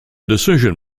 decision